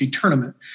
tournament